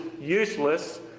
useless